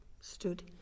stood